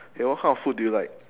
hey what kind of food do you like